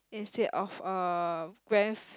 instead of a grave